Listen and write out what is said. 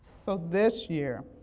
so this year